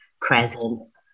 presence